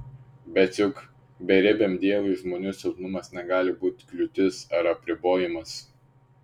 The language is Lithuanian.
bet juk beribiam dievui žmonių silpnumas negali būti kliūtis ar apribojimas